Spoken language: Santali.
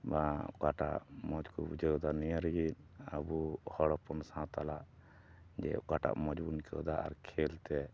ᱵᱟᱝ ᱚᱠᱟᱴᱟᱜ ᱢᱚᱡᱽ ᱠᱚ ᱵᱩᱡᱷᱟᱹᱣ ᱮᱫᱟ ᱱᱤᱭᱟᱹ ᱨᱮᱜᱮ ᱟᱵᱚ ᱦᱚᱲ ᱦᱚᱯᱚᱱ ᱥᱟᱶ ᱛᱟᱞᱟᱜ ᱡᱮ ᱚᱠᱟᱴᱟᱜ ᱢᱚᱡᱽ ᱵᱚᱱ ᱟᱹᱭᱠᱟᱹᱣᱫᱟ ᱟᱨ ᱠᱷᱮᱞ ᱛᱮ